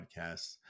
podcasts